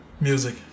music